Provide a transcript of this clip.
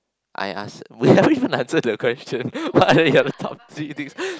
I asked we haven't even answered the question why are we here to talk silly things